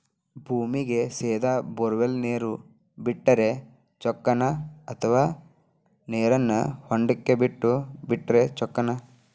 ಭೂಮಿಗೆ ಸೇದಾ ಬೊರ್ವೆಲ್ ನೇರು ಬಿಟ್ಟರೆ ಚೊಕ್ಕನ ಅಥವಾ ನೇರನ್ನು ಹೊಂಡಕ್ಕೆ ಬಿಟ್ಟು ಬಿಟ್ಟರೆ ಚೊಕ್ಕನ?